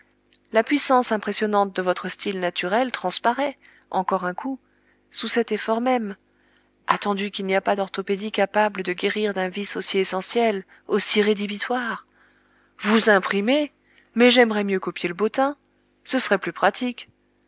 la puissance impressionnante de votre style naturel transparaît encore un coup sous cet effort même attendu qu'il n'y a pas d'orthopédie capable de guérir d'un vice aussi essentiel aussi rédhibitoire vous imprimer mais j'aimerais mieux copier le bottin ce serait plus pratique